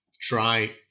try